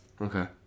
Okay